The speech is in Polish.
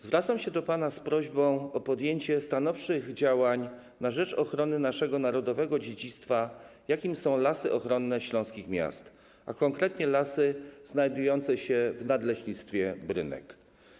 Zwracam się do pana z prośbą o podjęcie stanowczych działań na rzecz ochrony naszego narodowego dziedzictwa, jakim są lasy ochronne śląskich miast, a konkretnie lasy znajdujące się w Nadleśnictwie Brynek.